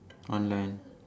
online